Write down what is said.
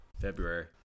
February